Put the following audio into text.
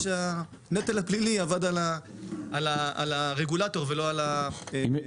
שהנטל הפלילי היה על הרגולטור ולא על היבואן-יצרן.